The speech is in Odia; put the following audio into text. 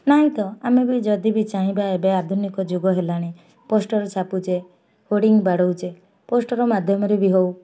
ନାହିଁ ତ ଆମେ ବି ଯଦି ବି ଚାହିଁବା ଏବେ ଆଧୁନିକ ଯୁଗ ହେଲାଣି ପୋଷ୍ଟର୍ ଛାପୁଛେ ହୋଡ଼ିଙ୍ଗ ବାଡ଼ଉଛେ ପୋଷ୍ଟର୍ ମାଧ୍ୟମରେ ବି ହେଉ